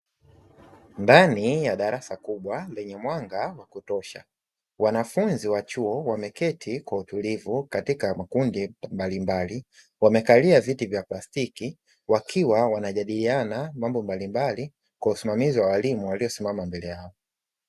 Ndnai ya darasa kubwa lenye mwanga wa kutosha, wanafunzi wa chuo wameketi kwa utulivu katika makundi mbalimbali, wamekali viti vya plastiki wakiwa wanajadiliana mambo mbalimbali, kwa usimamizi wa mwalimu aliyesimama mbele yao.